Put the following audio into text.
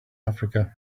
africa